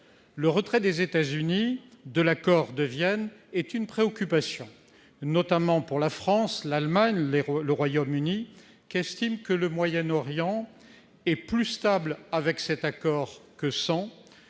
Le retrait des États-Unis de l'accord de Vienne préoccupe notamment la France, l'Allemagne et le Royaume-Uni, qui estiment que le Moyen-Orient est plus stable avec cet accord que sans